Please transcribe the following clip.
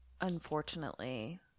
unfortunately